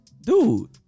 Dude